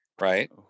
right